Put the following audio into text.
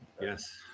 Yes